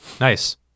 Nice